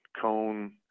Cone